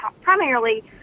primarily